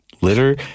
Litter